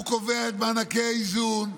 הוא קובע את מענקי האיזון,